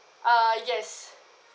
uh yes